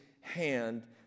hand